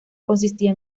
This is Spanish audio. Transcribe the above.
consistía